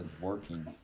working